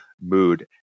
mood